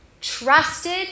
trusted